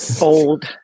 old